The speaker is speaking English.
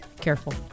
careful